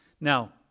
Now